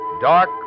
Dark